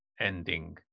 ending